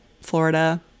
Florida